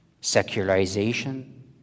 Secularization